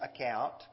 account